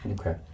Okay